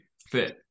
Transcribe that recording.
fit